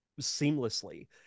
seamlessly